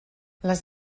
les